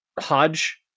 Hodge